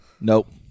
nope